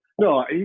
No